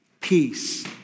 peace